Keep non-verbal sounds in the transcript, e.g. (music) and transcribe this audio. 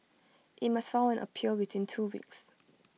(noise) IT must file an appeal within two weeks